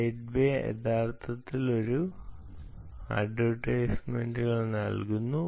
gateway യഥാർത്ഥത്തിൽ ഈ അഡ്വെർടൈസ്മെന്റുകൾ നൽകുന്നു